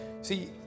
See